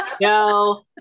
no